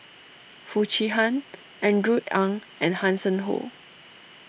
Foo Chee Han Andrew Ang and Hanson Ho